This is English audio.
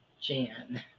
Jan